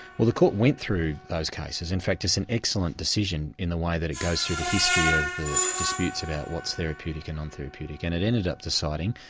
well the court went through those cases, in fact it's an excellent decision, in the way that it goes through the history of the disputes about what's therapeutic and non-therapeutic, and it ended up deciding,